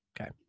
okay